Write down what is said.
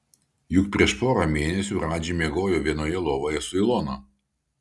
juk prieš porą mėnesių radži miegojo vienoje lovoje su ilona